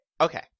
okay